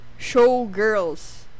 Showgirls